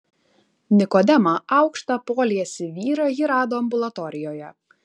nikodemą aukštą poliesį vyrą ji rado ambulatorijoje